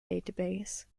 database